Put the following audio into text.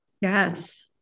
Yes